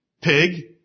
Pig